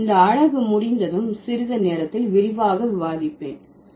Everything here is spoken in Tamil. நான் இந்த அலகு முடிந்ததும் சிறிது நேரத்தில் விரிவாக விவாதிப்பேன்